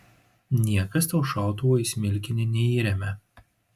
niekas tau šautuvo į smilkinį neįremia